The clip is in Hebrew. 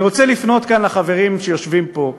אני רוצה לפנות לחברים שיושבים פה,